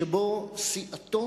שבו סיעתו